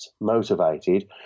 motivated